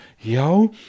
yo